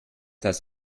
das